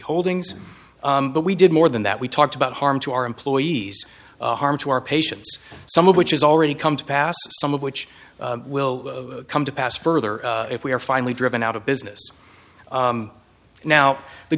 holdings but we did more than that we talked about harm to our employees harm to our patients some of which has already come to pass some of which will come to pass further if we are finally driven out of business now the